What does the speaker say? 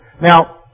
Now